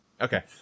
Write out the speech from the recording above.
Okay